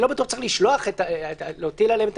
אני לא בטוח שצריך להטיל עליהם את